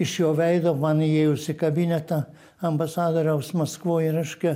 iš jo veido man įėjus į kabinetą ambasadoriaus maskvoj reiškia